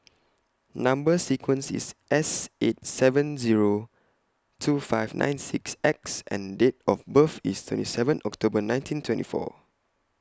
Number sequence IS S eight seven Zero two five nine six X and Date of birth IS twenty seven October nineteen twenty four